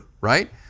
right